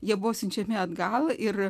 jie buvo siunčiami atgal ir